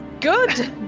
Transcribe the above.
good